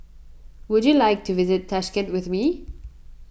would you like to visit Tashkent with me